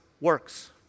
works